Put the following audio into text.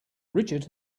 richard